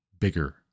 bigger